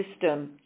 system